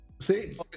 see